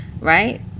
right